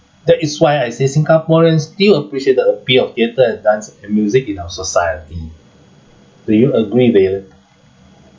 that is why I say singaporeans still appreciate the appeal of theatre and dance and music in our society do you agree valen